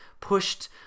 pushed